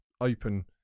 open